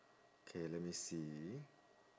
okay let me see